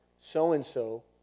so-and-so